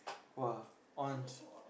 !woah! once